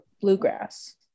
bluegrass